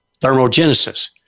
thermogenesis